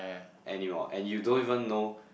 anymore and you don't even know